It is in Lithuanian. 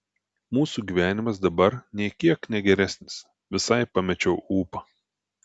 mūsų gyvenimas dabar nei kiek ne geresnis visai pamečiau ūpą